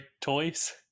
toys